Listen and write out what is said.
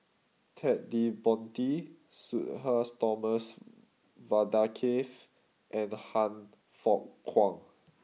Ted De Ponti Sudhir Thomas Vadaketh and Han Fook Kwang